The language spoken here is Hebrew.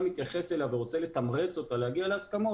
מתייחס אליה ורוצה לתמרץ אותה להגיע להסכמות,